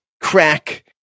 crack